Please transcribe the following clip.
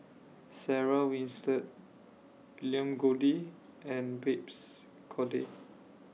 Sarah Winstedt William Goode and Babes Conde